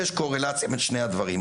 יש קורלציה בין שני הדברים.